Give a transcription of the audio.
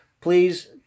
please